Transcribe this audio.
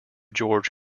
george